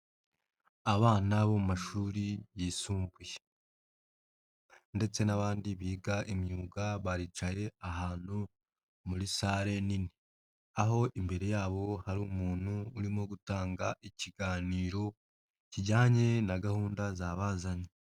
Abana bo mu mashuri yisumbuye, ndetse n'abandi biga imyuga baricaye ahantu muri sale nini. Aho imbere yabo hari umuntu urimo gutanga ikiganiro kijyanye na gahunda zabazanye.